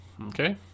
Okay